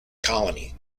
colony